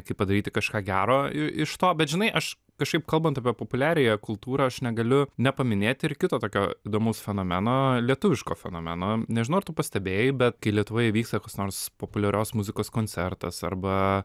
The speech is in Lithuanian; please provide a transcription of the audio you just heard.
kaip padaryti kažką gero iš to bet žinai aš kažkaip kalbant apie populiariąją kultūrą aš negaliu nepaminėti ir kito tokio įdomaus fenomeno lietuviško fenomeno nežinau ar tu pastebėjai bet kai lietuvoje vyksta koks nors populiarios muzikos koncertas arba